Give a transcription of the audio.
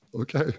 Okay